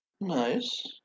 Nice